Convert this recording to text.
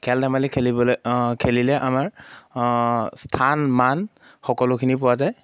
খেল ধেমালি খেলিবলৈ খেলিলে আমাৰ স্থান মান সকলোখিনি পোৱা যায়